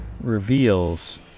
reveals